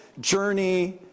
journey